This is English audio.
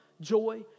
joy